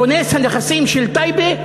כונס הנכסים של טייבה?